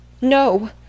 no